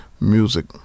music